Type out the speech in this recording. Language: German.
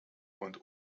und